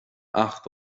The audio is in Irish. acht